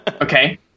Okay